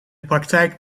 praktijk